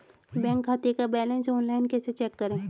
Bank खाते का balance online कैसे चेक करें?